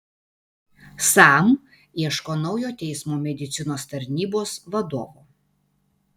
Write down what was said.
sam ieško naujo teismo medicinos tarnybos vadovo